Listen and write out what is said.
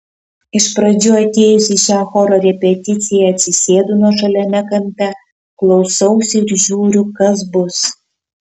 iš pradžių atėjusi į šią choro repeticiją atsisėdu nuošaliame kampe klausausi ir žiūriu kas bus